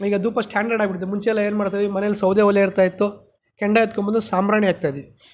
ಈಗ ಧೂಪ ಸ್ಟ್ಯಾಂಡರ್ಡ್ ಆಗಿಬಿಟ್ಟಿದೆ ಮುಂಚೆ ಎಲ್ಲ ಏನು ಮಾಡ್ತಿದ್ವಿ ಮನೇಲಿ ಸೌದೆ ಓಲೆ ಇರ್ತಾ ಇತ್ತು ಕೆಂಡ ಎತ್ಕೊಂಬಂದು ಸಾಂಬ್ರಾಣಿ ಹಾಕ್ತಾ ಇದ್ವಿ